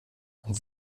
und